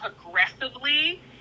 progressively